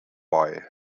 buy